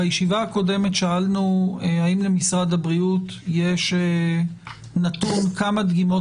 בישיבה הקודמת שאלנו האם למשרד הבריאות יש נתון כמה דגימות